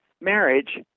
marriage